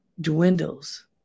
dwindles